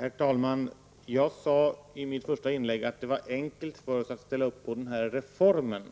Herr talman! Jag sade i mitt första inlägg att det var enkelt för oss att ställa upp på den här reformen.